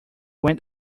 went